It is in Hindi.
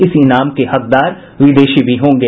इस ईनाम के हकदार विदेशी भी होंगे